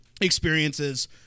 experiences